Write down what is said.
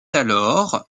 alors